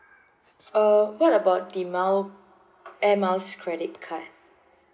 uh what about the mile air miles credit card